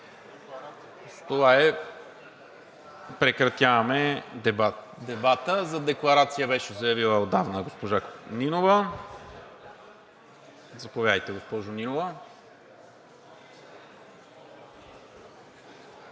това прекратяваме дебата. За декларация беше заявила отдавна госпожа Нинова. Заповядайте, госпожо Нинова.